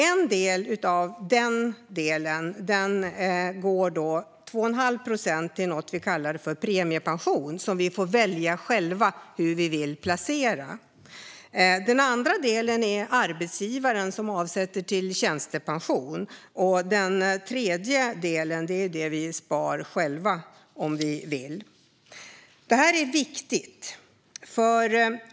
En del av den delen, 2 1⁄2 procent, går till något vi kallar premiepension, som vi får välja själva hur vi vill placera. Den andra delen är den som arbetsgivaren avsätter till tjänstepension. Den tredje delen är det som vi sparar själva om vi vill. Det här är viktigt.